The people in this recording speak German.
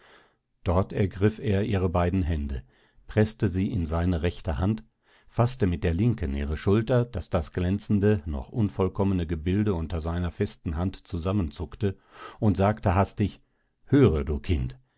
dort ergriff er ihre beiden hände preßte sie in seine rechte hand faßte mit der linken ihre schulter daß das glänzende noch unvollkommene gebilde unter seiner festen hand zusammenzuckte und sagte hastig höre du kind